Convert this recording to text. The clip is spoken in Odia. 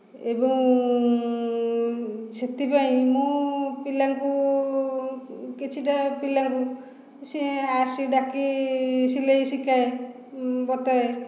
ଏବଂ ସେଥିପାଇଁ ମୁଁ ପିଲାଙ୍କୁ କିଛିଟା ପିଲାଙ୍କୁ ସେ ଆସି ଡାକି ସିଲେଇ ଶିଖାଏ ବତାଏ